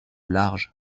large